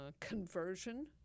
conversion